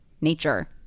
nature